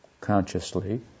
consciously